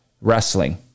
wrestling